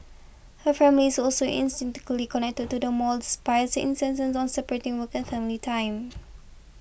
her family is also connected to the mall despite insistence on separating work and family time